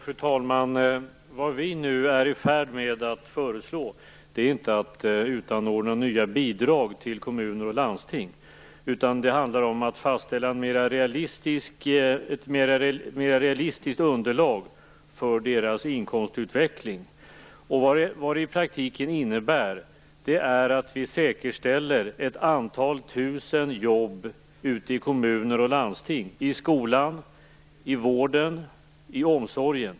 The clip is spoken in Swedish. Fru talman! Vad vi nu är i färd med att föreslå är inte att utanordna nya bidrag till kommuner och landsting, utan det handlar om att fastställa ett mera realistiskt underlag för deras inkomstutveckling. I praktiken innebär det att vi säkerställer ett antal tusen jobb i kommuner och landsting, i skolan, vården och omsorgen.